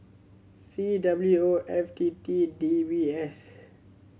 C W O F T T D B S